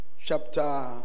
chapter